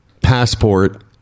passport